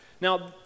Now